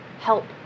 help